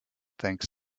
thanks